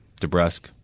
Debrusque